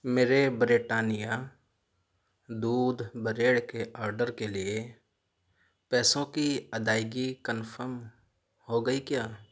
میرے بریٹانیہ دودھ بریڈ کے آڈر کے لیے پیسوں کی ادائیگی کنفرم ہو گئی کیا